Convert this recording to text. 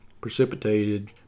precipitated